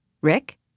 Rick